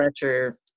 pressure